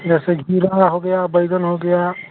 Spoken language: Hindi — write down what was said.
जैसे खीरा हो गया बैंगन हो गया